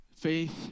Faith